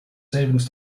savings